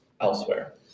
elsewhere